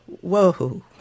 whoa